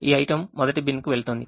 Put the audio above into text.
ఈ item మొదటి బిన్కు వెళుతోంది